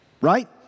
right